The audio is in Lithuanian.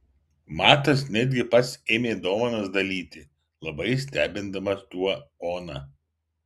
matas netgi pats ėmė dovanas dalyti labai stebindamas tuo oną